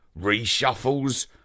reshuffles